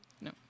No